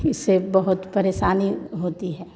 इससे बहुत परेशानी होती है